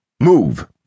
Move